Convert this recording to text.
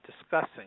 discussing